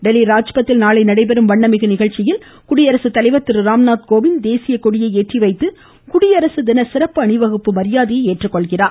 டெல்லி ராஜ்பத்தில் நாளை நடைபெறும் வண்ணமிகு நிகழ்ச்சியில் குடியரசுத் தலைவர் திரு ராம்நாத் கோவிந்த் தேசியக் கொடியை ஏற்றி வைத்து குடியரசு தின சிறப்பு அணிவகுப்பு மரியாதையை ஏற்றுக்கொள்கிறார்